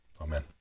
Amen